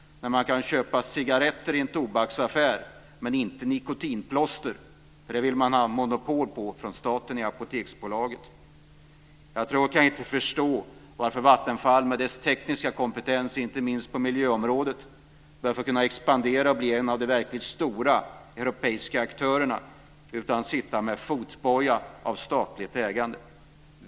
Man kan köpa cigaretter i en tobaksaffär men inte nikotinplåster. Det vill man från statens sida ha monopol på i Apoteksbolaget. Jag kan inte förstå varför inte Vattenfall, med sin tekniska kompetens inte minst på miljöområdet, bör få expandera och bli en av de verkligt stora europeiska aktörerna. I stället sitter man med en fotboja av statligt ägande.